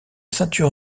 ceinture